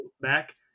back